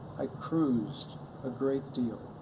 i cruised a great deal.